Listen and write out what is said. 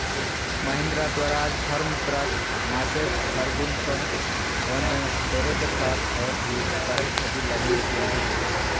Mahindra, Swaraj, Farmtrac, Massey Ferguson John Deere के साथ और भी उपकरण खेती लगी उपयोगी हइ